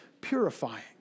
purifying